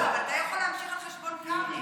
לא, אבל אתה יכול להמשיך על חשבון קרעי בינתיים.